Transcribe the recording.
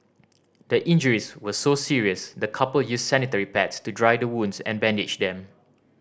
the injuries were so serious the couple used sanitary pads to dry the wounds and bandage them